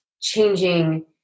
changing